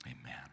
Amen